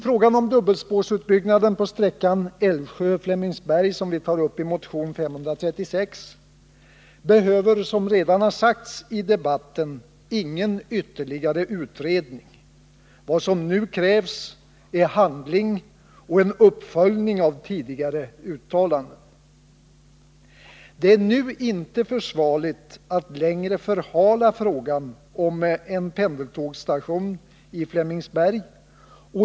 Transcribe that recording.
Frågan om dubbelspårsutbyggnaden på sträckan Älvsjö-Flemingsberg, som vi tar upp i motion 536, behöver som redan sagts i debatten ingen ytterligare utredning. Vad som nu krävs är handling och en uppföljning av tidigare uttalanden. Det är nu inte försvarligt att längre förhala frågan om pendeltågsstationen i Flemingsberg.